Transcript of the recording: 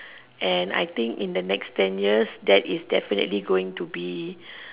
and I think in the next ten years that is definitely going to be